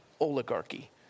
oligarchy